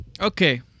Okay